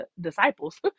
disciples